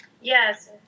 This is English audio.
Yes